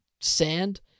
Sand